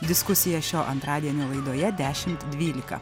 diskusija šio antradienio laidoje dešimt dvylika